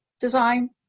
design